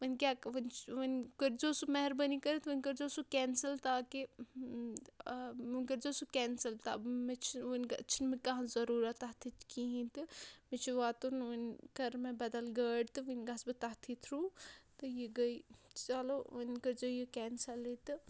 وٕنۍ کیٛاہ وٕنۍ چھِ وٕنۍ کٔرۍزیو سُہ مہربٲنی کٔرِتھ وٕنۍ کٔرۍزیو سُہ کٮ۪نسٕل تاکہِ وٕنۍ کٔرۍزیو سُہ کٮ۪نسٕل مےٚ چھِنہٕ وٕنۍ چھِنہٕ مےٚ کانٛہہ ضٔروٗرَت تَتھٕچ کِہیٖنۍ تہٕ مےٚ چھُ واتُن وٕنۍ کَرٕ مےٚ بَدَل گٲڑۍ تہٕ وٕنۍ گژھٕ بہٕ تَتھٕے تھرٛوٗ تہٕ یہِ گٔے چلو وٕنۍ کٔرۍزیو یہِ کٮ۪نسَلٕے تہٕ